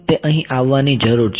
તે અહી આવવાની જરૂર છે